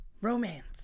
Romance